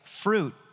fruit